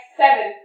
seven